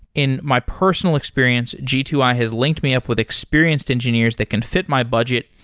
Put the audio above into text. in my personal experience, g two i has linked me up with experienced engineers that can fit my budget,